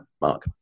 Mark